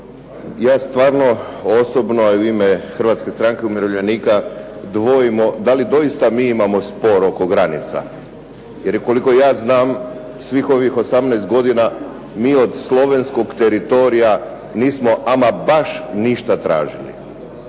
Ja stvarno osobno i u ime Hrvatske stranke umirovljenika dvojimo da li doista mi imamo spor oko granica. Jer koliko ja znam, svih ovih 18 godina mi od slovenskog teritorija nismo ama baš ništa tražili.